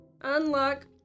Unlock